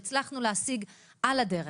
שהצלחנו להשיג על הדרך.